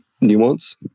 nuance